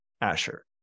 Asher